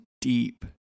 deep